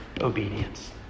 obedience